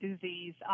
disease